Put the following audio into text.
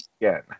again